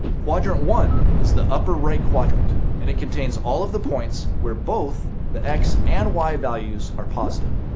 quadrant one is the upper right quadrant, and it contains all of the points where both the x and y values are positive.